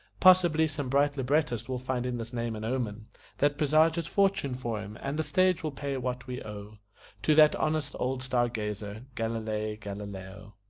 possibly some bright librettist will find in this name an omen that presages fortune for him, and the stage will pay what we owe to that honest old star gazer, galilei galileo.